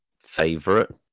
favorite